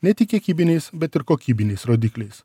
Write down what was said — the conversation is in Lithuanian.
ne tik kiekybiniais bet ir kokybiniais rodikliais